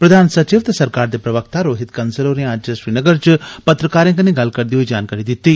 प्रधान सचिव ते सरकार दे प्रवक्ता रोहित कंसल होरें अज्ज श्रीनगर च पत्रकारें कन्नें गल्ल करदे होई ए जानकारी दिती